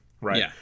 Right